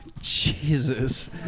Jesus